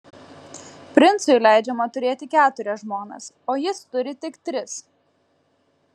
princui leidžiama turėti keturias žmonas o jis turi tik tris